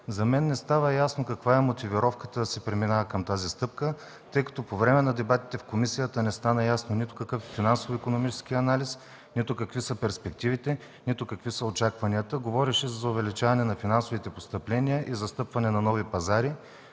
За мен не става ясно каква е мотивировката да се преминава към тази стъпка, тъй като по време на дебатите в комисията не стана ясно нито какъв е финансово-икономическият анализ, нито какви са перспективите, нито какви са очакванията. Говори се за увеличаване на финансовите постъпления и за стъпване на нови пазари.